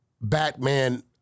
Batman